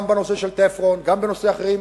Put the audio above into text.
גם בנושא של "תפרון" וגם בנושא של אחרים,